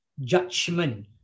judgment